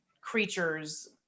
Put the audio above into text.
creatures